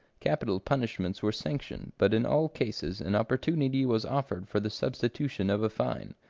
capital punishments were sanctioned, but in all cases an opportunity was offered for the substitution of a fine.